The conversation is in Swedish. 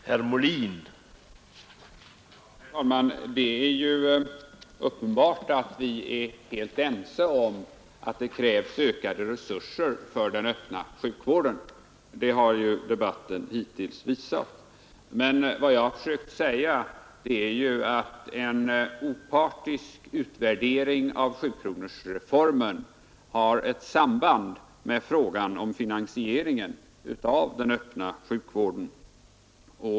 Herr talman! Vi är uppenbart helt ense om att det krävs ökade resurser för den öppna sjukvården; det har ju debatten hittills visat. Men vad jag har försökt säga är att en opartisk utvärdering av sjukronorsreformen har ett samband med frågan om finansieringen av den öppna sjukvården.